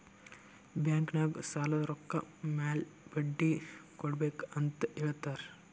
bank ನಾಗ್ ಸಾಲದ್ ರೊಕ್ಕ ಮ್ಯಾಲ ಬಡ್ಡಿ ಕೊಡ್ಬೇಕ್ ಅಂತ್ ಹೇಳ್ತಾರ್